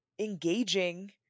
engaging